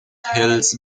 hills